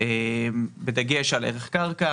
בדגש על ערך קרקע,